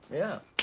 yeah.